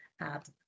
add